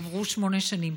עברו שמונה שנים.